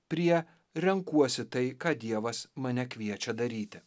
prie renkuosi tai ką dievas mane kviečia daryti